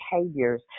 behaviors